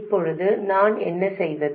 இப்போது நான் என்ன செய்வது